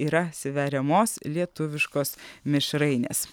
yra sveriamos lietuviškos mišrainės